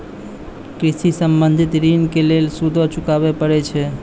कृषि संबंधी ॠण के लेल सूदो चुकावे पड़त छै?